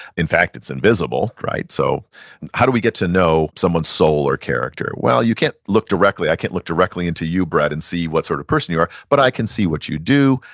in fact, it's invisible, right? so how do we get to know someone's soul or character? well, you can't look directly, i can't look directly into you, brett, and see what sort of person you are, but i can see what you do,